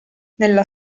nella